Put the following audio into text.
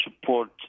support